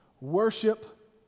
Worship